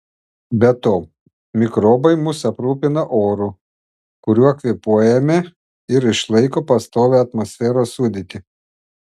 be to mikrobai mus aprūpina oru kuriuo kvėpuojame ir išlaiko pastovią atmosferos sudėtį